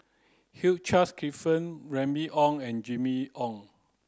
Hugh Charles Clifford Remy Ong and Jimmy Ong